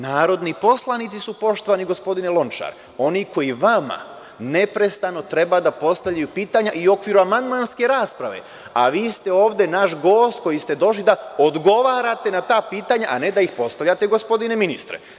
Narodni poslanici su, poštovani gospodine Lončar, oni koji vama neprestano treba da postavljaju pitanja i u okviru amandmanske rasprave, a vi ste ovde naš gost koji ste došli da odgovarate na ta pitanja a ne da ih postavljate, gospodine ministre.